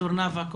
ד"ר נאוה כ